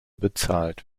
bezahlt